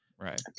right